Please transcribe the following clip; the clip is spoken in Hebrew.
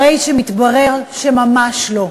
הרי מתברר שממש לא.